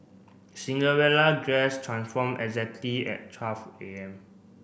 Cinderella dress transform exactly at twelve A M